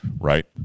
Right